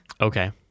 Okay